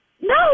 No